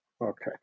Okay